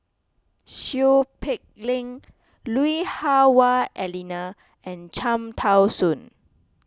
Seow Peck Leng Lui Hah Wah Elena and Cham Tao Soon